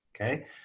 okay